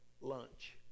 lunch